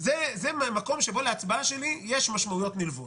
זה המקום שבו להצבעה שלי יש משמעויות נלוות.